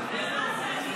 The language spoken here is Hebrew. בלילה בגללך.